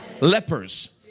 Lepers